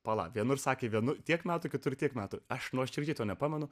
pala vienur sakė vienu tiek metų kitur tiek metų aš nuoširdžiai to nepamenu